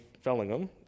Fellingham